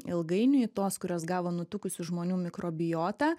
ilgainiui tos kurios gavo nutukusių žmonių mikrobiotą